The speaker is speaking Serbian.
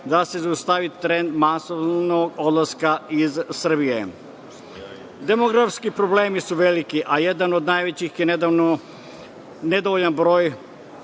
da se zaustavi trend masovnog odlaska iz Srbije. Demografski problemi su veliki, a jedan od najvećih je nedovoljan broj